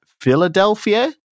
Philadelphia